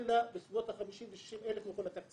אין לה בסביבות ה-50,000 ו-60,000 אלף --- לתקציב.